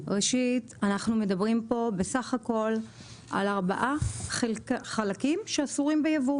ראשית אנחנו מדברים פה בסך הכל על ארבעה חלקים שאסורים ביבוא,